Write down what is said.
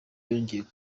yongeyeho